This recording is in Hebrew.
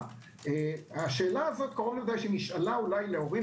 השאלה הזאת קרוב לוודאי שנשאלה להורים